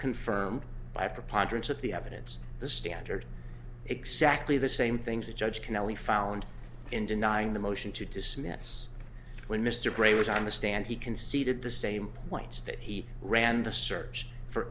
confirmed by a preponderance of the evidence the standard exactly the same things the judge can only found in denying the motion to dismiss when mr gray was on the stand he conceded the same points that he ran the search for